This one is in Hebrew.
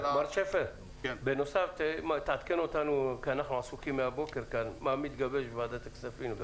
שפר, עדכן אותנו מה מתגבש בוועדת הכספים.